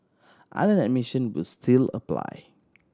island admission will still apply